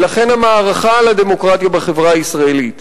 ולכן המערכה על הדמוקרטיה בחברה הישראלית,